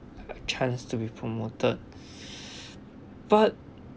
a chance to be promoted but